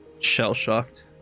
shell-shocked